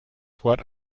what